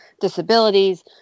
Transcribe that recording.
disabilities